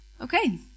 Okay